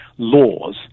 laws